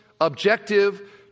objective